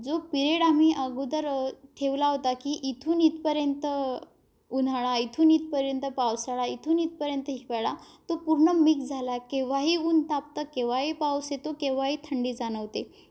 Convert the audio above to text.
जो पिरिड आम्ही अगोदर ठेवला होता की इथून इथपर्यंत उन्हाळा इथून इथपर्यंत पावसाळा इथून इथपर्यंत हिवाळा तो पूर्ण मिक्स झाला केव्हाही ऊन तापत केव्हाही पाऊस येतो केव्हाही थंडी जाणवते